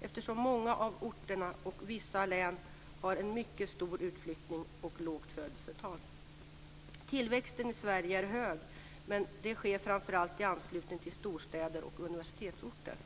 eftersom många av orterna och vissa län har en mycket stor utflyttning och ett lågt födelsetal. Tillväxten i Sverige är hög, men den sker framför allt i anslutning till storstäder och universitetsorter.